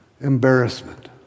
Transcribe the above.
embarrassment